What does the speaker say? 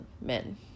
men